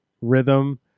rhythm